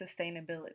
sustainability